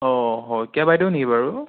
অঁ শইকীয়া বাইদেউ নেকি বাৰু